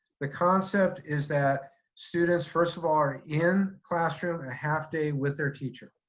the concept is that students, first of all, are in classroom a half day with their teacher,